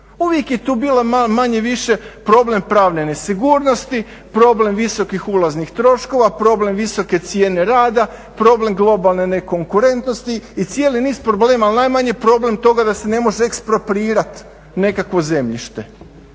Uvijek je tu bila manje-više problem pravne nesigurnosti, problem visokih ulaznih troškova, problem visoke cijene rada, problem globalne nekonkurentnosti i cijeli niz problema, al najmanje problem toga da se ne može eksproprirat nekakvo zemljište.